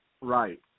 Right